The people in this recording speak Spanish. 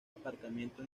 aparcamiento